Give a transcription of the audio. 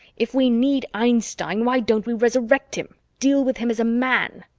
if we need einstein, why don't we resurrect him, deal with him as a man?